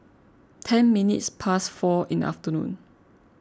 ten minutes past four in afternoon